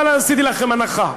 אבל עשיתי לכם הנחה,